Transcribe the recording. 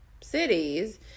cities